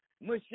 Michelle